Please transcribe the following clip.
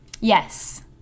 yes